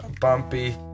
bumpy